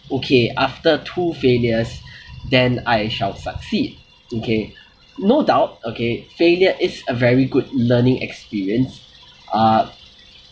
okay after two failures then I shall succeed okay no doubt okay failure is a very good learning experience uh